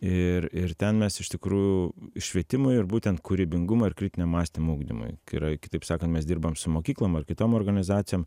ir ir ten mes iš tikrųjų švietimui ir būtent kūrybingumo ir kritinio mąstymo ugdymui kai yra kitaip sakant mes dirbam su mokyklom ar kitom organizacijom